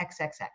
xxx